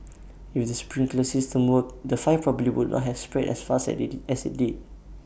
if the sprinkler system worked the five probably would not have spread as fast as they did as IT did